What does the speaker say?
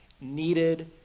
needed